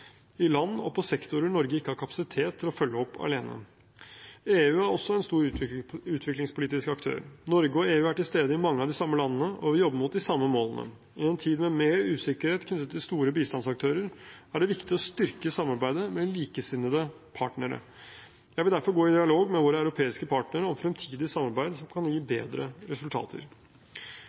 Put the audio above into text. i land og på sektorer Norge ikke har kapasitet til å følge opp alene. EU er også en stor utviklingspolitisk aktør. Norge og EU er til stede i mange av de samme landene, og vi jobber mot de samme målene. I en tid med mer usikkerhet knyttet til store bistandsaktører er det viktig å styrke samarbeidet med likesinnede partnere. Jeg vil derfor gå i dialog med våre europeiske partnere om fremtidig samarbeid som kan gi bedre resultater.